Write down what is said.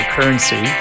Currency